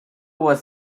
was